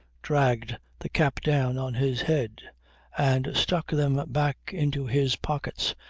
dragged the cap down on his head and stuck them back into his pockets,